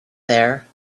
there